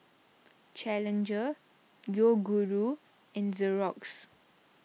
Challenger Yoguru and Xorex